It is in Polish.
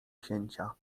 księcia